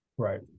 Right